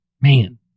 Man